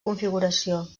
configuració